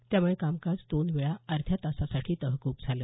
त्यामुळे कामकाज दोन वेळा अध्या तासासाठी तहकूब झालं